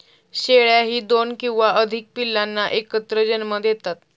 शेळ्याही दोन किंवा अधिक पिल्लांना एकत्र जन्म देतात